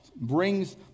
brings